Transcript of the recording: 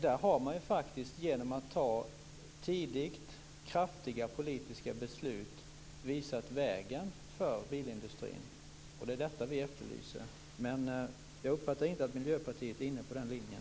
Där har man faktiskt genom att tidigt ta kraftiga politiska beslut visat vägen för bilindustrin. Det är detta vi efterlyser. Men jag uppfattar inte att Miljöpartiet är inne på den linjen.